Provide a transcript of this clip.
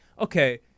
okay